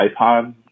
iPod